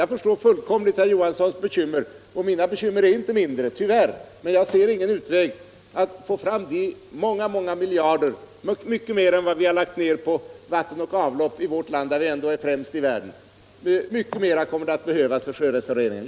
Jag förstår fullkomligt herr Johanssons bekymmer, och mina är tyvärr inte mindre. Men jag ser ingen utväg att få fram de många miljarder —- det gäller mycket mera pengar än vi i vårt land har lagt ned på vatten och avlopp, där vi är främst i världen — som behövs för sjörestaureringen.